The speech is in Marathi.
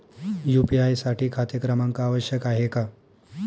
यू.पी.आय साठी खाते क्रमांक आवश्यक आहे का?